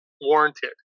warranted